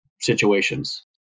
situations